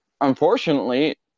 unfortunately